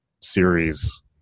series